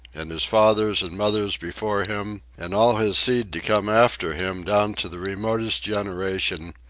and his fathers and mothers before him, and all his seed to come after him down to the remotest generation,